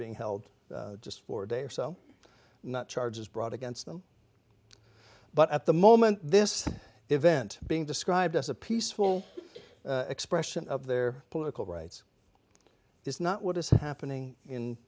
being held just for a day or so not charges brought against them but at the moment this event being described as a peaceful expression of their political rights is not what is happening in